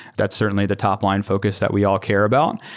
that's certainly the topline focus that we all care about,